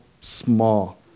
small